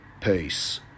Peace